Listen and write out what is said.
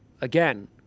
again